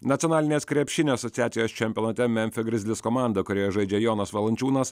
nacionalinės krepšinio asociacijos čempionate memfio grizzlies komanda kurioje žaidžia jonas valančiūnas